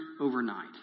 overnight